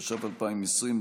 התש"ף 2020,